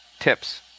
tips